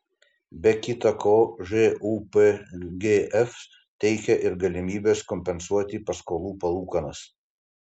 be kita ko žūpgf teikia ir galimybes kompensuoti paskolų palūkanas